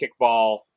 kickball